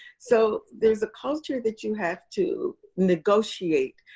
so there's a culture that you have to negotiate,